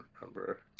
remember